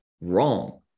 wrong